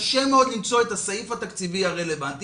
קשה מאוד למצוא את הסעיף התקציבי הרלוונטי.